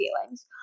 feelings